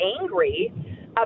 angry